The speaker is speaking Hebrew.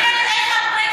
אם יורים למישהו ברגל,